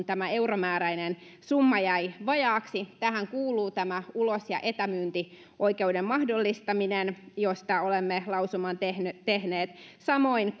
tämä euromääräinen summa jäi vajaaksi tähän kuuluu tämä ulos ja etämyyntioikeuden mahdollistaminen josta olemme lausuman tehneet tehneet samoin